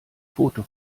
foto